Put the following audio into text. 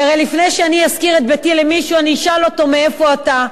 כי הרי לפני שאני אשכיר את ביתי למישהו אני אשאל אותו: מאיפה אתה?